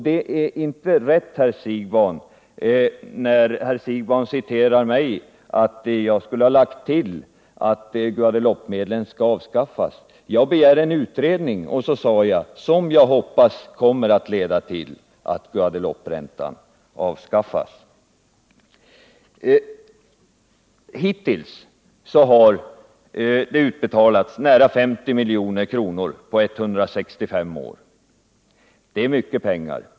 Det är inte rätt när herr Siegbahn citerar mig och säger att jag skulle ha lagt till ett yrkande om att Guadeloupemedlen skall avskaffas. Jag begärde en utredning och sade: som jag hoppas kommer att leda till att Guadelouperäntan avskaffas. Hittills har det utbetalats nära 50 milj.kr. på 165 år. Det är mycket pengar.